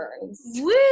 Woo